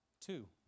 Two